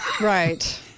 right